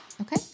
okay